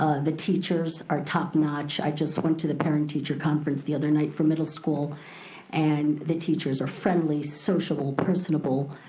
the teachers are top-notch. i just went to the parent-teacher conference the other night for middle school and the teachers are friendly, sociable, personable.